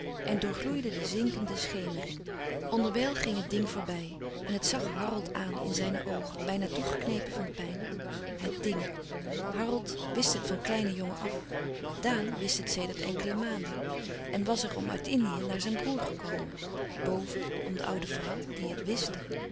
en doorgloeide de zinkende schemering onderwijl ging het ding voorbij en het zag harold aan in zijne oogen bijna toegeknepen van pijn het ding harold wist het van kleinen jongen af daan wist het sedert enkele maanden en was er om uit indië naar zijn broêr gekomen boven om de oude vrouw die het